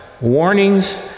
Warnings